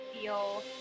feel